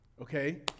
okay